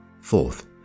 Fourth